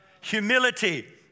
Humility